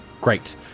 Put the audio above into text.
great